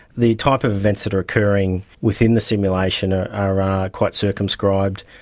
the type of events that are occurring within the simulation are are ah quite circumscribed,